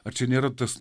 ar čia nėra tas